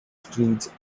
streets